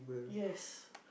yes